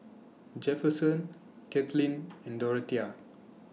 Jefferson Kathlene and Dorathea